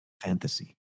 fantasy